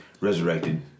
resurrected